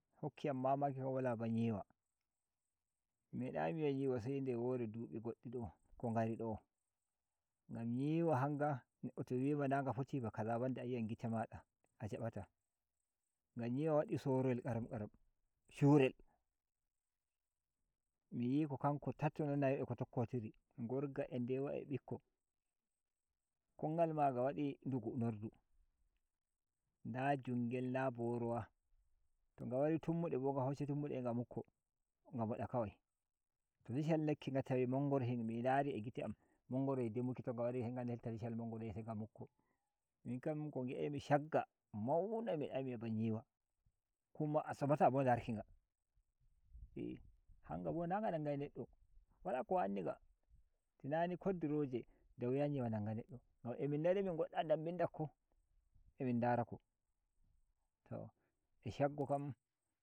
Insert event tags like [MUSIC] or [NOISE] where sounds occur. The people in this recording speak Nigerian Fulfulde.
[NOISE] hokkiyam mamaki fu wala ba nyiwa mi me da yi mi yi’a nyiwa se nde wore dubi goddi do ko ngari do ngam nyiwa hanga neddo to wima nda nga tofi ba kaza banda ayi an gite mada a jabata ngam nyiwa wadi soro yel karam karam shurel mi yi ko kanko tato na nayo a ko tokktiri ngorga [NOISE] a newa a bikko kongal maaga wadi dugunordu nda jungle nda borowa to nga wari tummude bo nga hosga tummude a nga mukko nga mo da kawai to lishal Lekki nga tairi mangorohi mi ndari a gite am mangorohi dimuki to nga wari se nga helta lishal mangorohise [NOISE] nga mukko minkam ko ngiaem shagga mauna mi medayi mi yi a ba nyiwa kuma a somta darkinga [NOISE] hanga bon a nga nangai neddo wala ko wanni nga tin ani koddiroje da wuja nyiwa nanga neddo ngam a min ndari mi ngodda dan min dakk a min ndara ko to a.